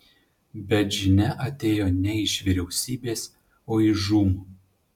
bet žinia atėjo ne iš vyriausybės o iš žūm